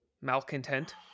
malcontent